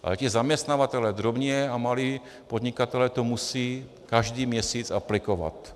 Ale ti zaměstnavatelé, drobní a malí podnikatelé, to musí každý měsíc aplikovat.